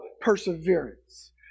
perseverance